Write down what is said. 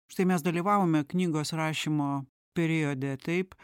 štai mes dalyvavome knygos rašymo periode taip